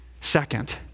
Second